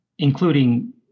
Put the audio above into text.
including